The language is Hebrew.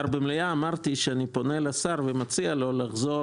במליאה אמרתי שאני פונה לשר ומציע לו לחזור,